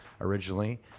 originally